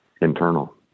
internal